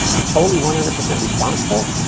i'm totally one hundred percent responsible,